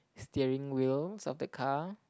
steering wheels of the car